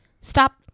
Stop